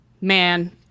man